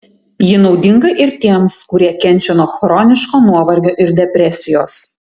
ji naudinga ir tiems kurie kenčia nuo chroniško nuovargio ir depresijos